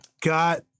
got